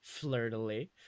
flirtily